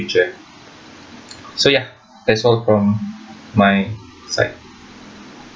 ~ture so ya that's all from my side